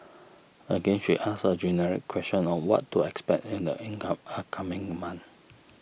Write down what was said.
again she asks a generic question on what to expect in the income upcoming month